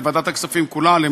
לוועדת הכספים כולה,